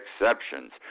exceptions